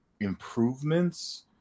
improvements